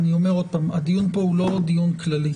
הדיון כאן הוא לא דיון כללי.